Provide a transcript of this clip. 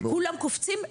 כולם קופצים,